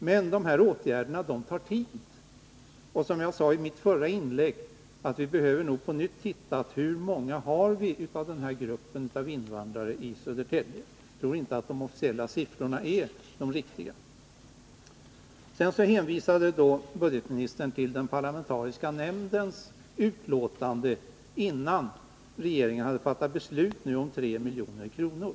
Men dessa åtgärder tar tid. Och som jag sade i mitt förra inlägg, behöver vi nog på nytt titta på hur många invandrare av den här gruppen vi har i Södertälje. Jag tror inte de officiella siffrorna är de riktiga. Sedan hänvisade budgetministern till den parlamentariska nämndens utlåtande innan regeringen hade fattat beslut om de 3 miljoner kronorna.